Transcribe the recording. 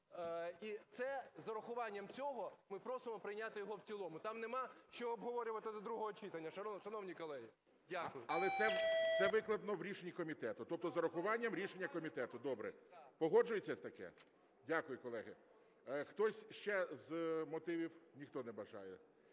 І це з урахуванням цього ми просимо прийняти його в цілому. Там немає що обговорювати до другого читання, шановні колеги. Дякую. ГОЛОВУЮЧИЙ. Але це викладено в рішенні комітету, тобто з урахуванням рішення комітету? Добре. Погоджується таке? Дякую, колеги. Хтось ще з мотивів? Ніхто не бажає.